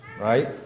right